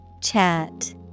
Chat